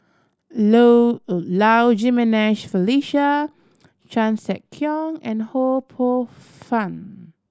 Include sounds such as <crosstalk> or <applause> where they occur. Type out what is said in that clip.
<unintelligible> Low Jimenez Felicia Chan Sek Keong and Ho Poh Fun